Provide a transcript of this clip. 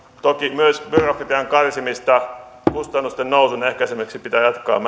toki myös byrokratian karsimista kustannusten nousun ehkäisemiseksi pitää jatkaa